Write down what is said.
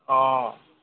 অঁ